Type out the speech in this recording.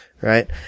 Right